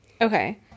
Okay